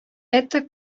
это